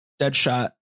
Deadshot